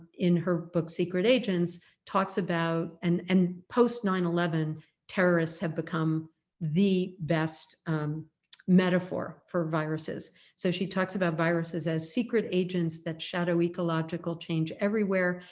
in her book secret agents talks about and and post nine eleven terrorists have become the best metaphor for viruses so she talks about viruses as secret agents that shadow ecological change everywhere.